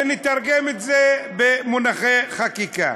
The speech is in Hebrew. ונתרגם את זה למונחי חקיקה,